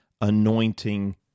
anointing